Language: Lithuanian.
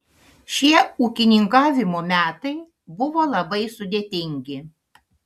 šie ūkininkavimo metai buvo labai sudėtingi